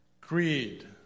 greed